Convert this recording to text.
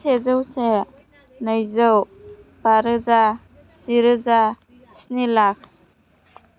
सेजौ से नैजौ बारोजा जिरोजा स्नि लाख